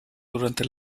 durante